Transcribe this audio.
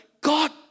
God